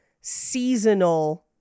seasonal